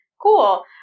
cool